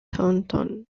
taunton